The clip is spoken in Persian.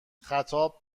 خطاب